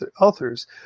authors